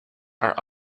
are